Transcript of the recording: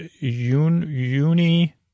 uni